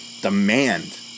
demand